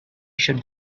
should